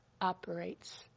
operates